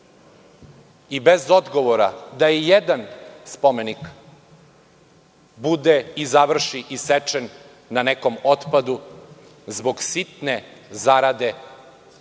i bez odgovora da i jedan spomenik bude i završi isečen na nekom otpadu zbog sitne zarade onih